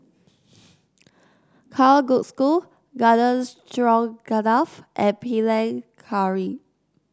Kalguksu Garden Stroganoff and Panang Curry